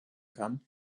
kann